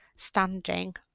standing